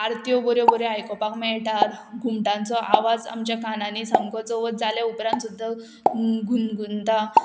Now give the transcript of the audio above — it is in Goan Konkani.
आरत्यो बऱ्यो बऱ्यो आयकोपाक मेळटा घुमटांचो आवाज आमच्या कानांनी सामको चवथ जाल्या उपरांत सुद्दां गुनगुंतां